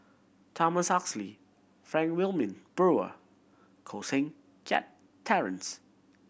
Thomas Oxley Frank Wilmin Brewer Koh Seng Kiat Terence